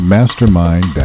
Mastermind